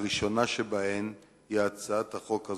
הראשונה שבהן היא הצעת החוק הזאת,